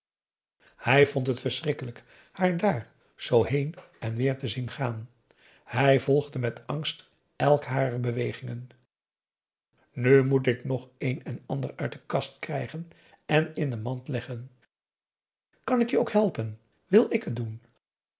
hij vond het verschrikkelijk haar daar zoo heen en weer te zien gaan hij volgde met angst elk harer bewegingen nu moet ik nog een en ander uit de kast krijgen en in de mand leggen kan ik je ook helpen wil ik het doen